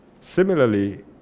Similarly